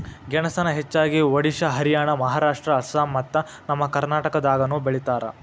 ಗೆಣಸನ ಹೆಚ್ಚಾಗಿ ಒಡಿಶಾ ಹರಿಯಾಣ ಮಹಾರಾಷ್ಟ್ರ ಅಸ್ಸಾಂ ಮತ್ತ ನಮ್ಮ ಕರ್ನಾಟಕದಾಗನು ಬೆಳಿತಾರ